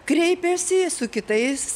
kreipėsi su kitais